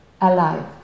alive